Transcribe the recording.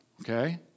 okay